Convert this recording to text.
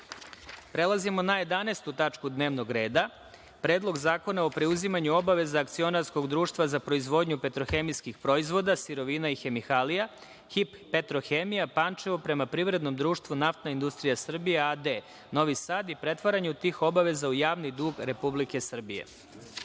na glasanje Predlog zakona o preuzimanju obaveza akcionarskog društva za proizvodnju petrohemijskih proizvoda, sirovina i hemikalija „HIP – Petrohemija“, Pančevo, prema privrednom društvu „Naftna industrija Srbije“ a.d. Novi Sad i pretvaranju tih obaveza u javni dug Republike Srbije,